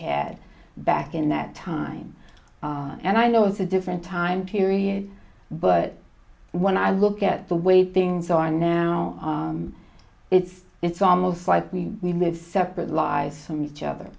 had back in that time and i know it's a different time period but when i look at the way things are now it's it's almost like we we live separate lives from each other